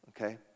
Okay